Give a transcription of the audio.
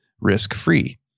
risk-free